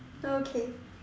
okay